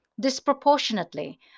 Disproportionately